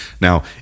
Now